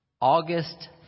August